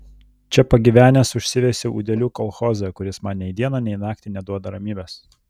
čia pagyvenęs užsiveisiau utėlių kolchozą kuris man nei dieną nei naktį neduoda ramybės